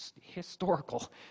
historical